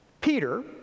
Peter